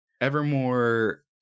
Evermore